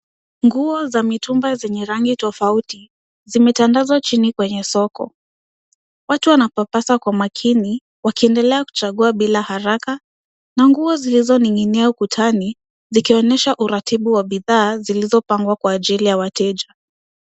Nguo za mitumba zenye rangi tofauti zimetandazwa chini kwenye soko. Watu wanapapasa kwa makini wakiendelea kuchagua bila haraka na nguo zilizoning'inia ukutani zikionyesha uratibu wa bidhaa zilizopangwa kwa ajili ya wateja.